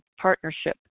partnership